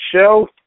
show